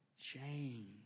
Change